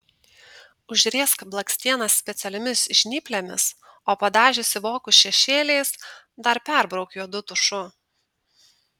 užriesk blakstienas specialiomis žnyplėmis o padažiusi vokus šešėliais dar perbrauk juodu tušu